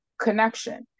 connection